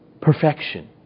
perfection